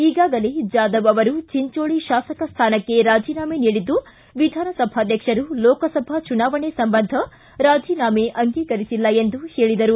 ಈಗಾಗಲೇ ಜಾದವ್ ಅವರು ಚಂಚೊಳ್ಳಿ ಶಾಸಕ ಸ್ಥಾನಕ್ಕೆ ರಾಜೀನಾಮೆ ನೀಡಿದ್ದು ವಿಧಾಸಭಾಧ್ವಕ್ಷರು ಲೋಕಸಭಾ ಚುನಾವಣೆ ಸಂಬಂಧ ರಾಜೀನಾಮೆ ಅಂಗೀಕರಿಸಿಲ್ಲ ಎಂದು ಹೇಳಿದರು